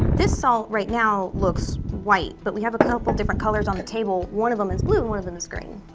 this salt right now looks white. but we have a couple different colors on the table one of them is blue one of them is green.